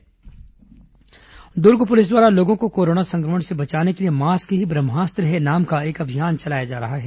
दुर्ग police अभियान Durg police द्वारा लोगों को कोरोना संक्रमण से बचाने के लिए मास्क ही ब्रंहास्त्र है नाम का एक अभियान चलाया जा रहा है